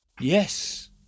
yes